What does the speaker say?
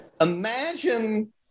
Imagine